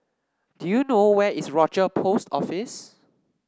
do you know where is Rochor Post Office